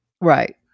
right